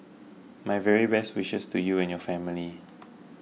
my very best wishes to you and your family